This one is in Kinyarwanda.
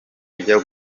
ryo